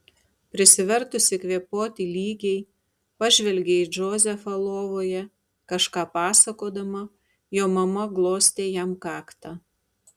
prisivertusi kvėpuoti lygiai pažvelgė į džozefą lovoje kažką pasakodama jo mama glostė jam kaktą